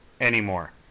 anymore